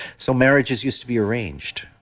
so marriages used to be arranged.